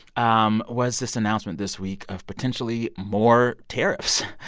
um was this announcement this week of potentially more tariffs.